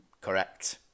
Correct